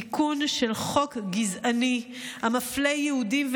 תיקון של חוק גזעני המפלה יהודים,